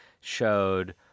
showed